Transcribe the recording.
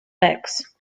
backs